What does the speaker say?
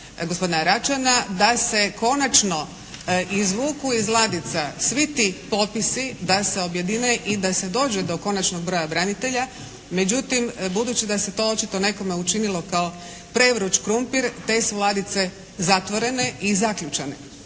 gospodina Račana da se konačno izvuku iz ladica svi ti potpisi, da se objedine i da se dođe do konačnog broja branitelja. Međutim, budući da se to očito nekome učinilo kao prevruć krumpir te su ladice zatvorene i zaključane.